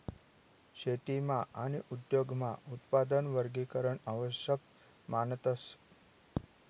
शेतीमा आणि उद्योगमा उत्पादन वर्गीकरण आवश्यक मानतस